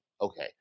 Okay